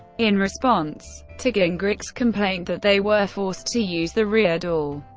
in response to gingrich's complaint that they were forced to use the rear door,